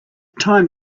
time